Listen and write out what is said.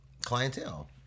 clientele